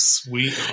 sweet